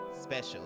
special